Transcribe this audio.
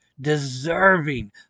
deserving